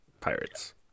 pirates